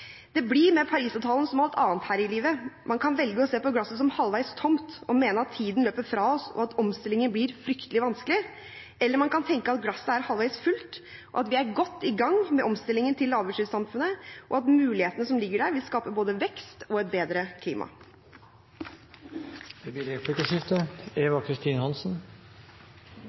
Det blir med Paris-avtalen som med alt annet her i livet: Man kan velge å se på glasset som halvveis tomt og mene at tiden løper fra oss, og at omstillingen blir fryktelig vanskelig, eller man kan tenke at glasset er halvveis fullt, at vi er godt i gang med omstillingen til lavutslippssamfunnet, og at mulighetene som ligger der, vil skape både vekst og et bedre klima. Det blir replikkordskifte. Representanten Bru sier at det